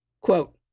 Quote